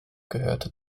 gehörte